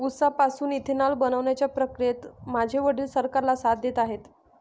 उसापासून इथेनॉल बनवण्याच्या प्रक्रियेत माझे वडील सरकारला साथ देत आहेत